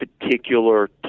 particular